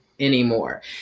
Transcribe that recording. anymore